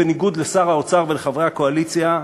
בניגוד לשר האוצר ולחברי הקואליציה,